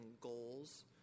goals